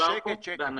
שמדובר פה באנשים.